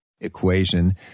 equation